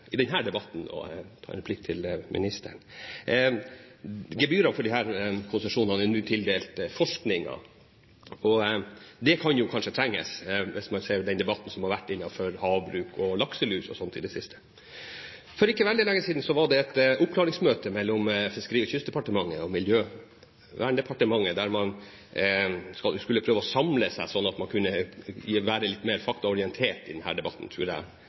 ser den debatten som har vært innenfor havbruk og lakselus og sånt i det siste. For ikke veldig lenge siden var det et oppklaringsmøte mellom Fiskeri- og kystdepartementet og Miljøverndepartementet der man skulle prøve å samle seg, slik at man kunne være litt mer faktaorientert i denne debatten – tror jeg